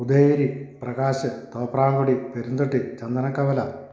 Udayagiri Prakash Thoprankodi Peranthatti Chandanakavala